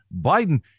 Biden